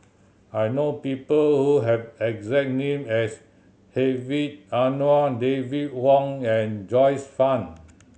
I know people who have exact name as Hedwig Anuar David Wong and Joyce Fan